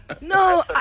No